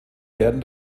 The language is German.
werden